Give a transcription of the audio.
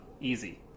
Easy